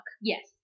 yes